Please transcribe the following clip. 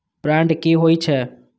Bond की होई छै?